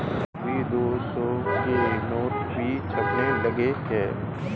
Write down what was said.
अभी दो सौ के नोट भी छपने लगे हैं